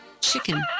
chicken